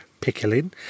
Pickling